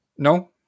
No